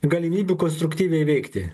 galimybių konstruktyviai veikti